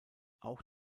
auch